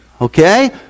Okay